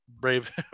brave